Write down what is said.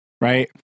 right